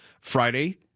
Friday